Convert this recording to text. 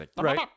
Right